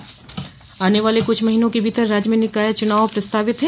निकाय चुनाव आने वाले कुछ महीनों के भीतर राज्य में निकाय चुनाव प्रस्तावित हैं